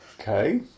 Okay